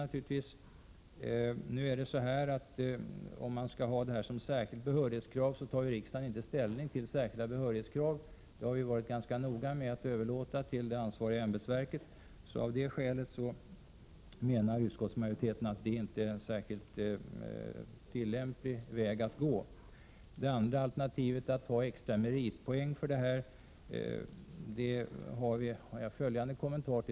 Men när det gäller de särskilda behörighetskraven vill jag framhålla att riksdagen inte tar ställning till sådana. Vi har varit noga med att överlåta den uppgiften på det ansvariga ämbetsverket. Av det skälet menar utskottsmajoriteten att den föreslagna vägen inte är tillämplig. Beträffande det andra alternativet, med extra meritpoäng, vill jag göra följande kommentar.